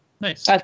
Nice